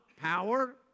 Power